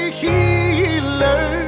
healer